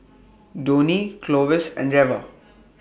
Donie Clovis and Reva